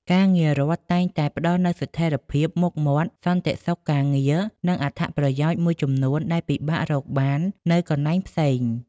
ការងាររដ្ឋតែងតែផ្តល់នូវស្ថិរភាព មុខមាត់ សន្តិសុខការងារ និងអត្ថប្រយោជន៍មួយចំនួនដែលពិបាករកបាននៅកន្លែងផ្សេង។